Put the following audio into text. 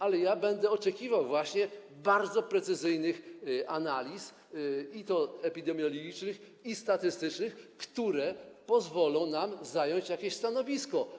Ale ja będę oczekiwał właśnie bardzo precyzyjnych analiz, i epidemiologicznych, i statystycznych, które pozwolą nam zająć jakieś stanowisko.